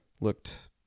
looked